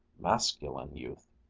masculine youth.